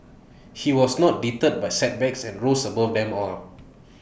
he was not deterred by setbacks and rose above them all